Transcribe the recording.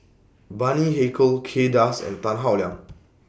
Bani Haykal Kay Das and Tan Howe Liang